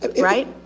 Right